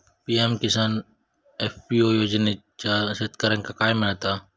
PM Kisan FPO योजनाच्यात शेतकऱ्यांका काय मिळता?